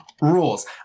rules